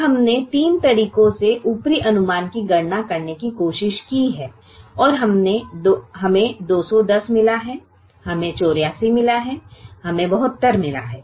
अब हमने तीन तरीकों से ऊपरी अनुमान की गणना करने की कोशिश की है और हमें 210 मिला है हमें 84 मिला है हमें 72 मिला है